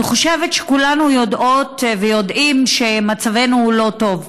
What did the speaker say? אני חושבת שכולנו יודעות ויודעים שמצבנו לא טוב.